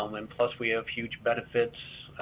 um and plus we have huge benefits,